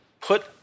put